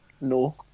no